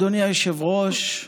אדוני היושב-ראש,